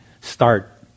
start